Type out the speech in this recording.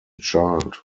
child